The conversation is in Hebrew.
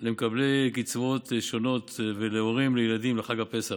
למקבלי קצבאות שונות ולהורים לילדים לחג הפסח.